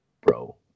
bro